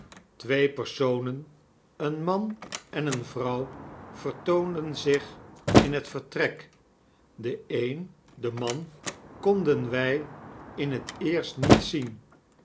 twee personen een man en eene vrouw vertoonden zich in het vertrek den een den man konden wij in het eerst niet zien